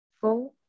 four